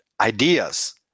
ideas